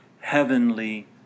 heavenly